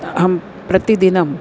अहं प्रतिदिनं